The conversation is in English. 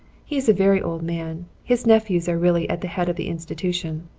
he is a very old man his nephews are really at the head of the institution.